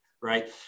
right